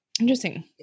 Interesting